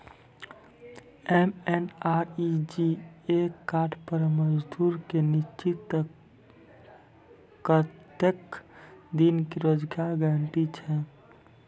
MNREGA card पर मजदुर के निश्चित कत्तेक दिन के रोजगार गारंटी छै?